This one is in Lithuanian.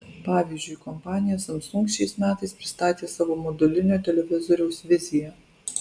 pavyzdžiui kompanija samsung šiais metais pristatė savo modulinio televizoriaus viziją